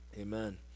Amen